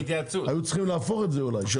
היו צריכים להפוך את זה אולי.